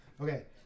Okay